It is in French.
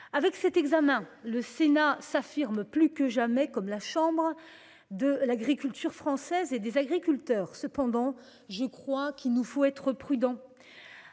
de ce texte, le Sénat s'affirme plus que jamais comme la chambre de l'agriculture française et des agriculteurs. Cependant, je crois qu'il nous faut être prudents.